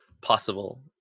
possible